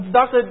Doctor